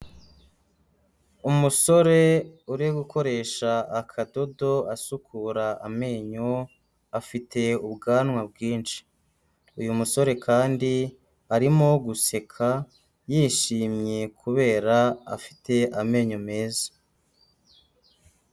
Umusore uri gukoresha akadodo asukura amenyo, afite ubwanwa bwinshi. Uyu musore kandi arimo guseka yishimye kubera afite amenyo meza.